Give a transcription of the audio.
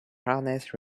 harnesses